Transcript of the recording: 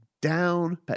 down